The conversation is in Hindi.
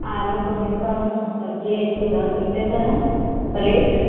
आलू पनीर का सब्ज़ी एक सौ दस रुपये का है प्लेट